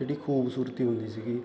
ਜਿਹੜੀ ਖੂਬਸੂਰਤੀ ਹੁੰਦੀ ਸੀਗੀ